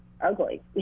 ugly